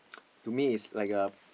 to me is like a